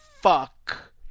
fuck